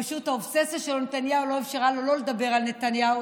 פשוט האובססיה של נתניהו לא אפשרה לו לדבר על נתניהו,